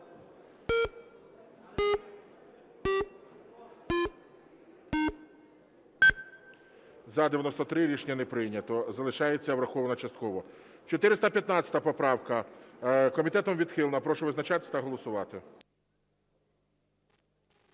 За-93 Рішення не прийнято. Залишається врахованою частково. 415 поправка. Комітетом відхилена. Прошу визначатись та голосувати.